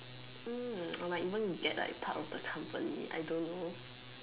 hmm or like even get like part of the company I don't know